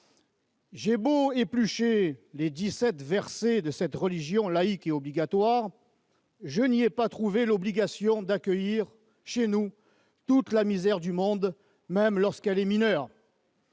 J'ai beau éplucher les dix-sept versets de cette religion laïque et obligatoire, je n'y ai pas trouvé l'obligation d'accueillir chez nous toute la misère du monde, même lorsqu'elle est mineure